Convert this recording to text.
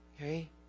Okay